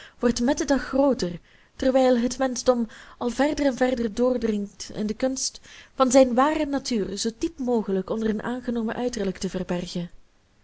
wordt met den dag grooter terwijl het menschdom al verder en verder doordringt in de kunst van zijn ware natuur zoo diep mogelijk onder een aangenomen uiterlijk te verbergen